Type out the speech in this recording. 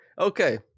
Okay